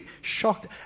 shocked